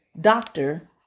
doctor